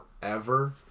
forever